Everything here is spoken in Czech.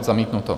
Zamítnuto.